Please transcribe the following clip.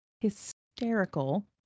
hysterical